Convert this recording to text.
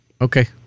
Okay